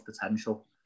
potential